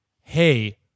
Hey